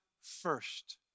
first